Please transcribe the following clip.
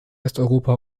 westeuropa